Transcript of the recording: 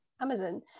amazon